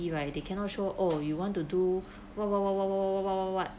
right they cannot show oh you want to do what what what what what what what what what